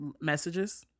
messages